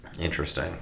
Interesting